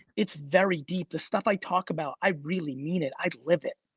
it's very deep. the stuff i talk about, i really mean it. i'd live it.